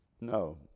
No